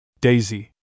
Daisy